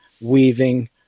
weaving